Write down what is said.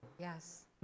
Yes